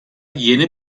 yeni